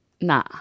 Nah